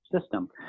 system